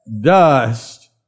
dust